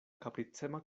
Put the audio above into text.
kapricema